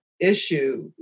issue